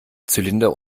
zylinder